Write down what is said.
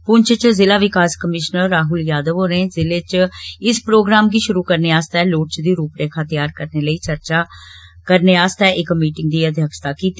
पुंछ च जिला विकास कमीश्नर राहुल यादव होरे ज़िले च इस प्रोग्राम गी शुरु करने आस्तै लोड़चदी रुपरेखा तेयार करने लेई चर्चा करने आस्तै इक मीटिंग दी अघ्यक्षता कीती